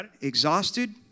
exhausted